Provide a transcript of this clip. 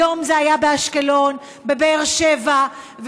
היום זה היה באשקלון ובבאר שבע,